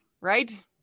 right